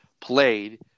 played